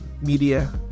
media